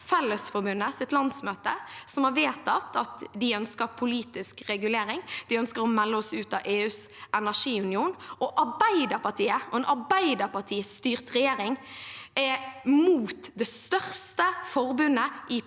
Fellesforbundets landsmøte, som har vedtatt at de ønsker politisk regulering, og de ønsker å melde oss ut av EUs energiunion. Arbeiderpartiet og en Arbeiderparti-styrt regjering er mot det største forbundet i privat sektor